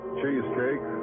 cheesecake